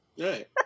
Right